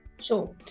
Sure